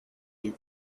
you